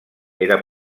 era